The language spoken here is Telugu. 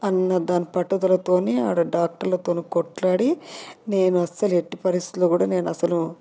అన్న దాని పట్టుదలతోని ఆడ డాక్టర్లతోని కొట్లాడి నేను అస్సలు ఎట్టి పరిస్థితుల్లో కూడా నేను అసలు